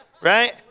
right